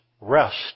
rest